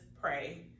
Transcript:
pray